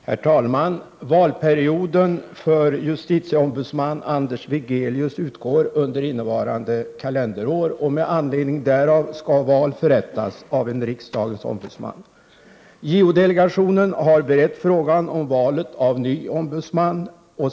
Herr talman! Valperioden för justitieombudsman Anders Wigelius utgår under innevarande kalenderår. Med anledning därav skall val av en riksdagens ombudsman förrättas. JO-delegationen har berett frågan om valet av ny ombudsman.